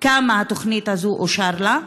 כמה אושר לתוכנית הזאת.